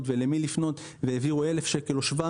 ולמי לפנות והעבירו 1,000 שקלים או 700